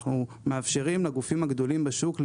אנחנו מאפשרים לגופים הגדולים בשוק,